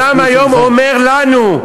לא,